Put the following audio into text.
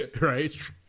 right